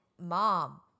Mom